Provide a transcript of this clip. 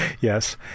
Yes